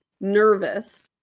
nervous